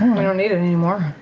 we don't need it anymore,